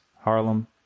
Harlem